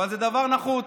אבל זה דבר נחוץ.